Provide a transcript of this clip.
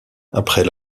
après